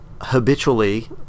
habitually